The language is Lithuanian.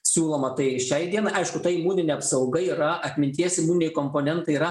siūloma tai šiai dienai aišku ta imuninė apsauga yra atminties imuniniai komponentai yra